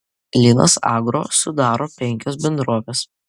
linas agro sudaro penkios bendrovės